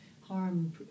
Harm